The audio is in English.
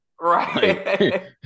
Right